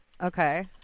Okay